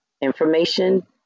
information